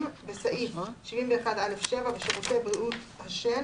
בסעיף 71(א)(7) ושירותי בריאות השן,